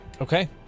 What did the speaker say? Okay